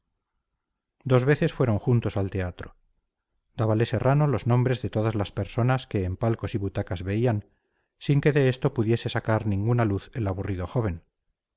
dos veces fueron juntos al teatro dábale serrano los nombres de todas las personas que en palcos y butacas veían sin que de esto pudiese sacar ninguna luz el aburrido joven